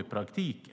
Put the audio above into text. i praktiken?